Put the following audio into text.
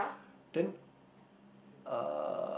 then uh